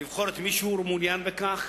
לבחור את מי שהוא מעוניין בכך.